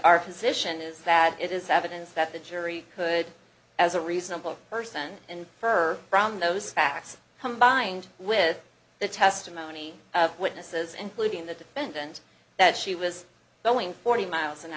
our position is that it is evidence that the jury could as a reasonable person and her from those facts come by and with the testimony of witnesses including the defendant that she was going forty miles an